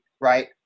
right